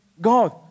God